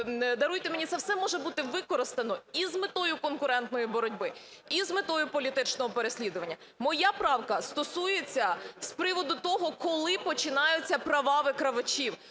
Даруйте мені, це все може бути використано і з метою конкурентної боротьби, і з метою політичного переслідування. Моя правка стосується з приводу того, коли починаються права викривачів.